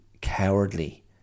cowardly